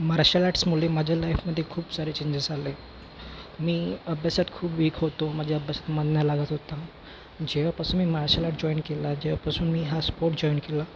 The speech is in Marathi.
मार्शल आर्ट्समुळे माझ्या लाईफमध्ये खूप सारे चेंजेस आले मी अभ्यासात खूप विक होतो माझे अभ्यासात मन नाही लागत होता जेव्हापासून मी मार्शल आट जॉईन केला जेव्हापासून मी हा स्पोर्ट जॉईन केला